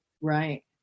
Right